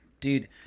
Dude